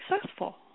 successful